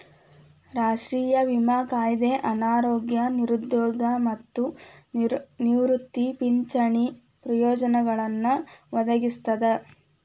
ರಾಷ್ಟ್ರೇಯ ವಿಮಾ ಕಾಯ್ದೆ ಅನಾರೋಗ್ಯ ನಿರುದ್ಯೋಗ ಮತ್ತ ನಿವೃತ್ತಿ ಪಿಂಚಣಿ ಪ್ರಯೋಜನಗಳನ್ನ ಒದಗಿಸ್ತದ